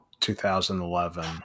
2011